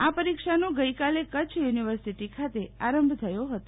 આ પરીક્ષા નો ગઈકાલે કરછ યુનિવર્સીટી ખાતે આરંભ થયો હતો